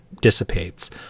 dissipates